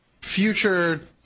future